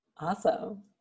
Awesome